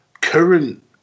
current